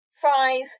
fries